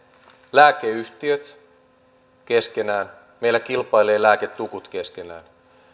lääkeyhtiöt keskenään meillä kilpailevat lääketukut keskenään